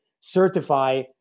certify